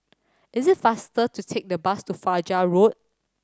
is it faster to take the bus to Fajar Road